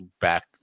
back